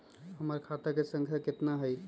हमर खाता के सांख्या कतना हई?